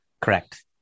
Correct